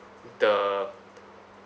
the